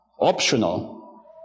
optional